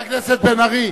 חבר הכנסת בן-ארי,